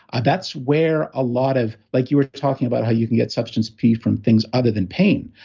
ah that's where a lot of, like you were talking about how you can get substance p from things other than pain,